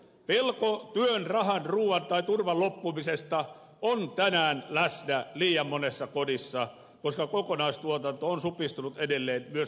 pelko työn rahan ruuan tai turvan loppumisesta on tänään läsnä liian monessa kodissa koska kokonaistuotanto on supistunut edelleen myös alkuvuodesta